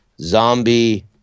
zombie